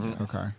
okay